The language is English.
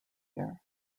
here